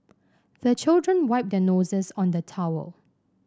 the children wipe their noses on the towel